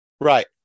Right